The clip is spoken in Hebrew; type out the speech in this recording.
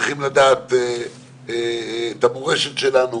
צריכים לדעת את המורשת שלנו